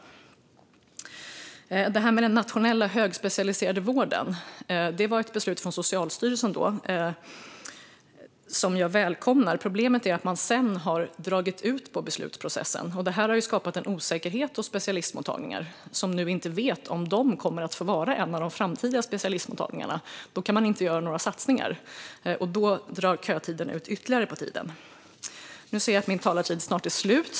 Sedan gäller det den nationella högspecialiserade vården. Det var ett beslut från Socialstyrelsen som jag välkomnade. Problemet är att man sedan har dragit ut på beslutsprocessen. Det har skapat en osäkerhet hos specialistmottagningar, som nu inte vet om de kommer att få vara specialistmottagningar i framtiden. Då kan de inte göra några satsningar, och då drar kötiden ut ytterligare på tiden. Nu ser jag att min talartid snart är slut.